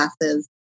classes